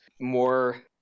more